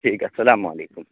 ٹھیک ہے السلام علیکم